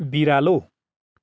बिरालो